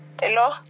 hello